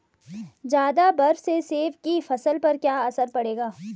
ज़्यादा बर्फ से सेब की फसल पर क्या असर पड़ेगा?